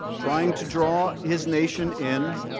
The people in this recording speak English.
trying to draw his nation in,